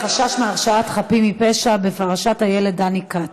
חשש מהרשעת חפים מפשע בפרשת הילד דני כץ,